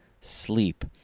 sleep